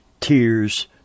tears